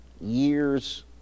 years